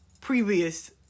previous